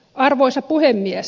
arvoisa puhemies